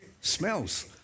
Smells